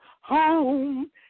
home